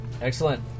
Excellent